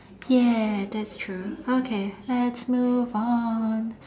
ya that's true okay let's move on